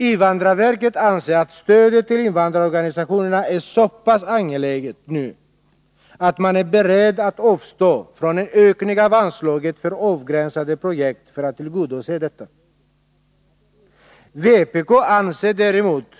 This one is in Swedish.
Invandrarverket anser att stödet till invandrarorganisationerna nu är så pass angeläget att man är beredd att avstå från en ökning av anslaget för avgränsade projekt för att tillgodose detta. Vpk anser däremot